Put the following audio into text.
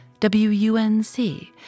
WUNC